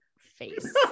face